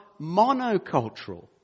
monocultural